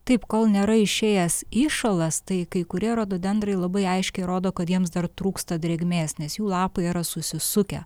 taip kol nėra išėjęs įšalas tai kai kurie rododendrai labai aiškiai rodo kad jiems dar trūksta drėgmės nes jų lapai yra susisukę